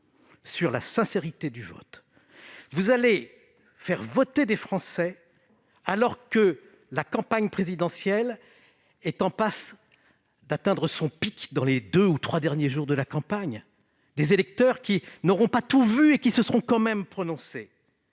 sur la sincérité du vote. Vous allez faire voter des Français alors que la campagne présidentielle est en passe d'atteindre son pic, dans les deux ou trois derniers jours de la campagne. Il y aura des électeurs qui n'auront pas tout vu et qui se seront quand même prononcés.